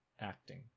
acting